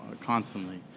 constantly